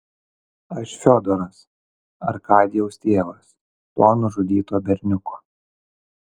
aš fiodoras arkadijaus tėvas to nužudyto berniuko